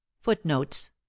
footnotes